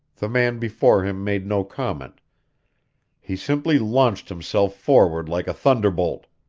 the man before him made no comment he simply launched himself forward like a thunderbolt.